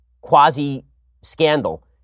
quasi-scandal